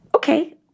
okay